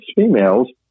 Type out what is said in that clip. females